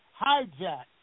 hijacked